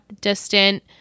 distant